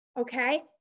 Okay